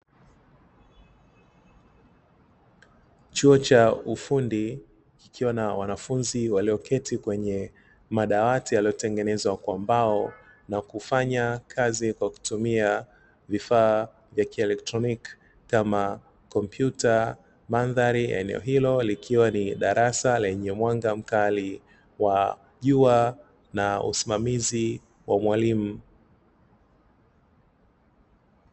Chuo cha ufundi kikiwa na wanafunzi walioketi kwenye madawati yaliyotengenezwa kwa mbao, na kufanya kazi kwa kutumia vifaa vya kielekroniki kama kompyuta. Mandhari ya eneo hilo likiwa ni darasa lenye mwanga mkali wa jua na usimamizi wa mwalimu.